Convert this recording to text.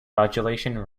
modulation